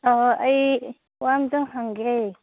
ꯑꯣ ꯑꯩ ꯋꯥ ꯑꯝꯇ ꯍꯪꯒꯦ